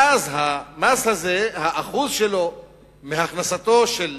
ואז, המס הזה, האחוז שלו מהכנסתו של